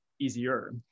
easier